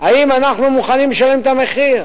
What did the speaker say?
האם אנחנו מוכנים לשלם את המחיר?